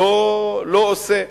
לא עושה.